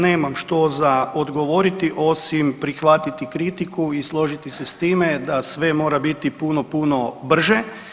Nemam što za odgovoriti osim prihvatiti kritiku i složiti se s time da sve mora biti puno, puno brže.